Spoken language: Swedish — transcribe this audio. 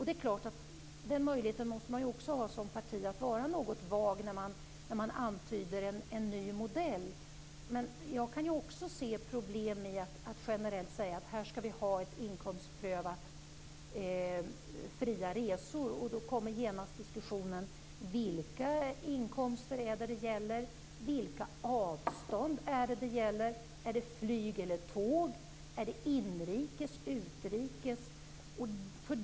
Det är klart att man som parti måste ha möjligheten att vara något vag när man antyder en ny modell. Jag kan också se problem med att generellt säga att de fria resorna skall inkomstprövas. Då blir det genast diskussion om vilka inkomster det gäller, vilka avstånd det gäller, om det gäller flyg eller tåg och om det gäller inrikesresor eller utrikesresor.